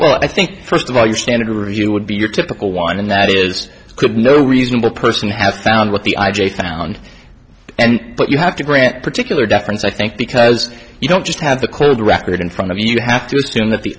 well i think first of all your standard review would be your typical whine and that is good no reasonable person have found what the i j a found and but you have to grant particular deference i think because you don't just have the closed record in front of you have to assume that the